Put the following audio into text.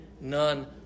none